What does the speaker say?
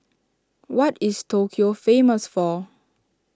what is Tokyo famous for